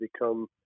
become